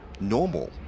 normal